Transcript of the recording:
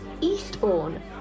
Eastbourne